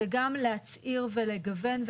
זה גם להצעיר ולגוון,